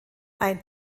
ein